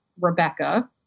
Rebecca